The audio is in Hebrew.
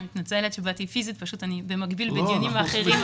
אני מתנצלת שבאתי פיזית אבל במקביל אני בדיונים אחרים.